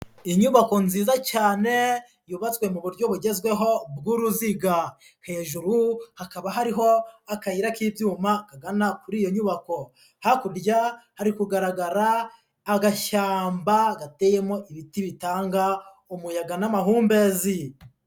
Inyubako nziza cyane yubatswe mu buryo bugezweho bw'uruziga. Hejuru hakaba hariho akayira k'icyuma kagana kuri iyo nyubako, hakurya hari kugaragara agashyamba gateyemo ibiti bitanga umuyaga n'amahumbezi.